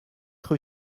rue